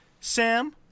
sam